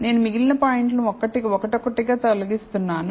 నేను మిగిలిన పాయింట్లను ఒక్కొక్కటిగా తొలగిస్తున్నాను